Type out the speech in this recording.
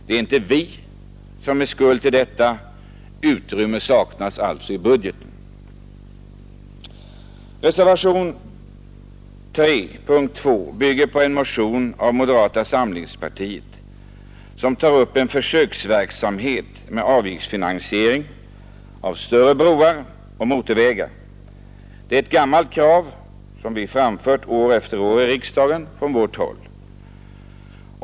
Det är inte vi som är skuld till att det är på detta sätt — utrymme saknas alltså i budgeten. Reservationen 3 vid punkten 2 bygger på en motion från moderata samlingspartiet, där vi tagit upp frågan om en försöksverksamhet med avgiftsfinansiering av större broar och motorvägar. Det är ett gammalt krav som vi framfört år efter år i riksdagen från vårt håll.